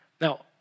Now